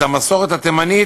את המסורת התימנית.